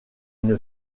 une